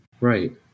right